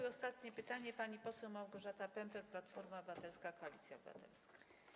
I ostatnie pytanie zada pani poseł Małgorzata Pępek, Platforma Obywatelska - Koalicja Obywatelska.